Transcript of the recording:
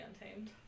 untamed